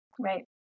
right